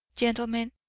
gentlemen,